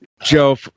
Joe